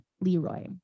Leroy